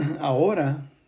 ahora